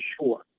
sure